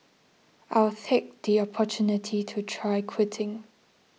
I'll take the opportunity to try quitting